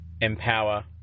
empower